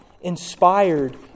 inspired